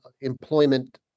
employment